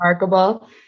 remarkable